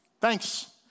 Thanks